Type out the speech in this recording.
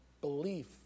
belief